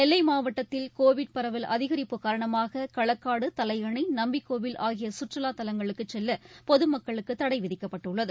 நெல்லை மாவட்டத்தில் கோவிட் பரவல் அதிகரிப்பு காரணமாக களக்காடு தலையணை நம்பிகோவில் ஆகிய சுற்றுலாத் தலங்களுக்கு செல்ல பொது மக்களுக்கு தடை விதிக்கப்பட்டுள்ளது